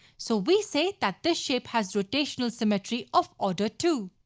so we say that this shape has rotational symmetry of order two.